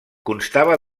constava